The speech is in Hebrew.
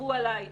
כתבו עליהם